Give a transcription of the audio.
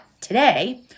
today